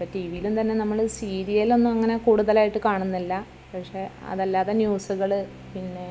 ഇപ്പം ടി വിയിലും തന്നെ നമ്മൾ സീരിയൽ ഒന്നും അങ്ങനെ കൂടുതലായിട്ട് കാണുന്നില്ല പക്ഷേ അതല്ലാതെ ന്യൂസുകൾ പിന്നെ